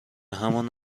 همان